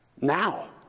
Now